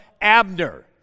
Abner